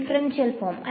differential form അല്ലെ